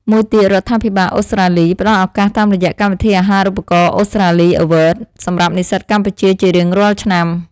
មួយទៀត រដ្ឋាភិបាលអូស្ត្រាលីផ្តល់ឱកាសតាមរយៈកម្មវិធីអាហារូបករណ៍អូស្ត្រាលី(Awards)សម្រាប់និស្សិតកម្ពុជាជារៀងរាល់ឆ្នាំ។